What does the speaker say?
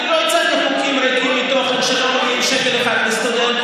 אני לא צריך חוקים ריקים מתוכן שלא מביאים שקל אחד לסטודנטים,